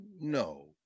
no